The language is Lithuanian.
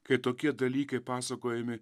kai tokie dalykai pasakojami